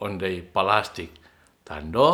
Ondei palastik tando